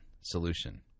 solution